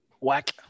Whack